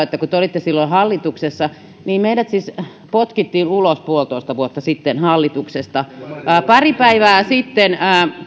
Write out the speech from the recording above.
että me olimme silloin hallituksessa siis meidät potkittiin ulos hallituksesta puolitoista vuotta sitten pari päivää sitten